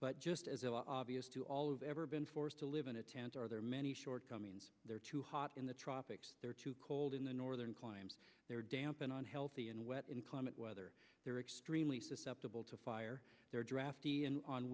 but just as a obvious to all of ever been forced to live in a tent are there many shortcomings there too hot in the tropics they're too cold in the northern climes they're damp an unhealthy and wet inclement weather they're extremely susceptible to fire they're drafty and on